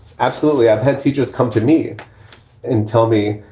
absolutely. i've had teachers come to me and tell me,